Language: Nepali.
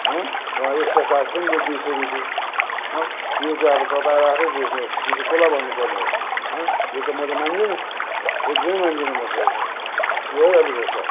हँ एक्स्ट्रा चार्ज पनि लियो दुई सौ रुपियाँ हँ यो चाहिँ अब तपाईँहरू आफै बुझ्नुहोस् यो चाहिँ कसलाई भन्नुपर्ने हो हँ यो त मो त मान्दिनँ एकदमै मान्दिनँ म त यो त लु है अलिक होसियार